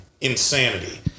insanity